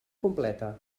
completa